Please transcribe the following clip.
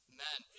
Amen